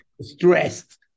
stressed